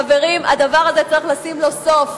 חברים, הדבר הזה, צריך לשים לו סוף.